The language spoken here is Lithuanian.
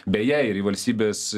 beje ir į valstybės